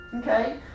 Okay